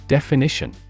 Definition